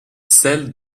celle